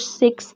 six